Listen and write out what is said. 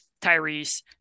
Tyrese